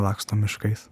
laksto miškais